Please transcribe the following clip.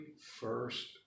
first